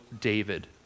David